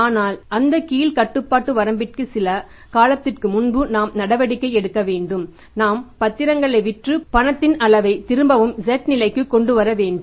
ஆனால் அந்த கீழ் கட்டுப்பாட்டு வரம்பிற்கு சில காலத்திற்கு முன்பு நாம் நடவடிக்கை எடுக்க வேண்டும் நாம் பத்திரங்களை விற்று பணத்தின் அளவை திரும்பவும் z நிலைக்கு கொண்டுவரவேண்டும்